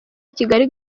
kigali